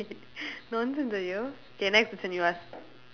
nonsense ah you K next question you ask